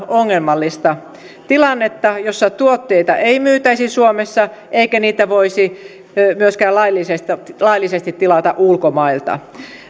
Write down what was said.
ongelmallista tilannetta jossa tuotteita ei myytäisi suomessa eikä niitä voisi myöskään laillisesti laillisesti tilata ulkomailta